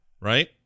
right